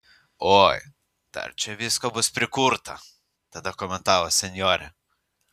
oi dar čia visko bus prikurta tada komentavo senjorė